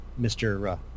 Mr